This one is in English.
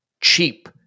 cheap